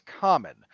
common